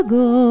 go